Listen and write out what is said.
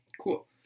Cool